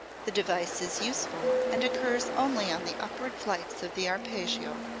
the device is useful, and occurs only on the upward flights of the arpeggio.